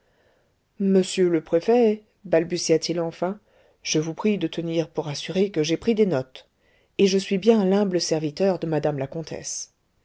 monsieur le préfet balbutia-t-il enfin je vous prie de tenir pour assuré que j'ai pris des notes et je suis bien l'humble serviteur de madame la comtesse